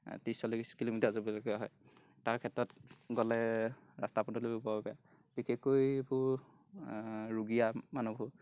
ত্ৰিছ চল্লিছ কিলোমিটাৰ যাবলগীয়া হয় তাৰ ক্ষেত্ৰত গ'লে ৰাস্তা পদূলিবোৰ বৰ বেয়া বিশেষকৈ এইবোৰ ৰোগীয়া মানুহবোৰ